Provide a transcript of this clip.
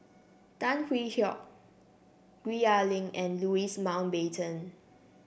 Tan Hwee Hock Gwee Ah Leng and Louis Mountbatten